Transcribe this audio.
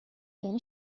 یعنی